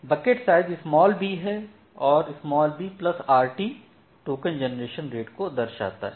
bucket size b है और brt token generation rate को दर्शाता है